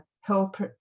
help